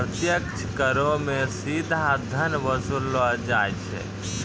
प्रत्यक्ष करो मे सीधा धन वसूललो जाय छै